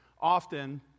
often